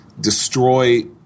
destroy